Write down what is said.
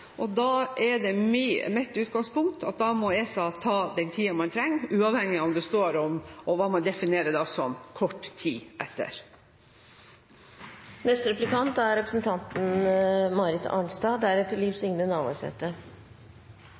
ekspertise. Da er det mitt utgangspunkt at da må ESA ta den tiden man trenger, uavhengig av hva det står om – og hva man definerer som – «kort tid etter». Regjeringen har funnet det statsråden benevnte som et «adekvat» arrangement for å omgå Grunnloven, og mange av oss er